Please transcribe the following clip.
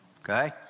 okay